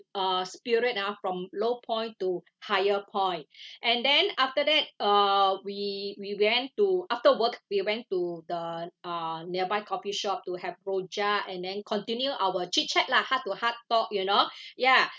uh spirit ah from low point to higher point and then after that uh we we went to after work we went to the uh nearby coffee shop to have rojak and then continue our chit chat lah heart to heart talk you know ya